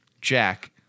Jack